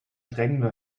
drängler